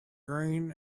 green